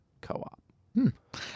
co-op